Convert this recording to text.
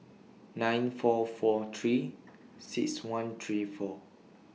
nine four four three six one three four